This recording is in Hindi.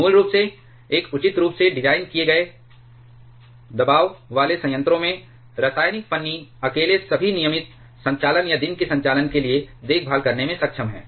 मूल रूप से एक उचित रूप से डिज़ाइन किए गए दबाव वाले संयंत्रों में रासायनिक फन्नी अकेले सभी नियमित संचालन या दिन के संचालन के लिए देखभाल करने में सक्षम है